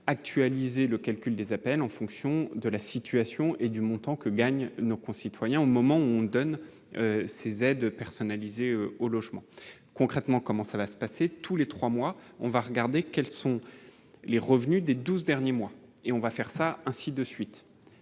actualiser le calcul des appels en fonction de la situation et du montant que gagnent nos concitoyens au moment où on donne ces aides personnalisées au logement, concrètement, comment ça va se passer tous les 3 mois, on va regarder quels sont les revenus des 12 derniers mois et on va faire ça, ainsi de suite.